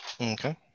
Okay